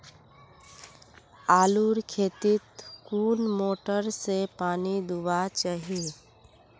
आलूर खेतीत कुन मोटर से पानी दुबा चही?